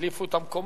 החליפו את המקומות.